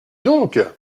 donc